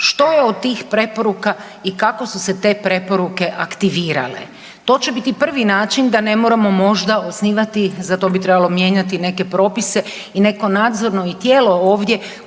što je od tih preporuka i kako su se te preporuke aktivirale. To će biti prvi način da ne moramo možda osnivati, za to bi trebalo mijenjati neke propise i neko nadzorno i tijelo ovdje